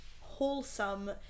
wholesome